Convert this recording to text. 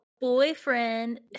boyfriend